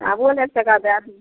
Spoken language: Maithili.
आबू ने एक टका दै देब